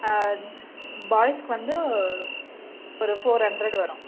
பாய்ஸ்க்கு வந்து ஒரு four hundred வரும்